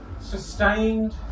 sustained